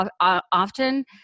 often